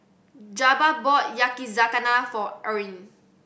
Jabbar bought Yakizakana for Arne